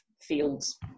fields